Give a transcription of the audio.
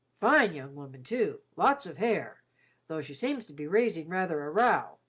fine young woman, too, lots of hair though she seems to be raising rather a row.